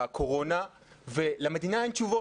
הקורונה, ולמדינה אין תשובות.